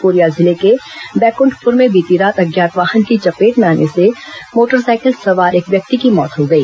Korea जिले के बैकुंठपुर में बीती रात अज्ञात वाहन की चपेट में आने मोटरसाइकिल सवार एक व्यक्ति की मौत हो गई